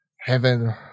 Heaven